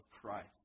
Christ